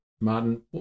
Martin